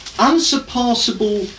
unsurpassable